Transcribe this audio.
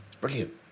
Brilliant